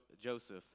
Joseph